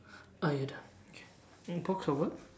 are you done okay uh box of what